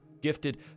gifted